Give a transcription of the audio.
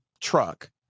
truck